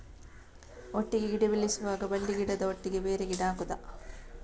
ಒಟ್ಟಿಗೆ ಗಿಡ ಬೆಳೆಸುವಾಗ ಬಳ್ಳಿ ಗಿಡದ ಒಟ್ಟಿಗೆ ಬೇರೆ ಗಿಡ ಹಾಕುದ?